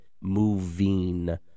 moving